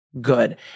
good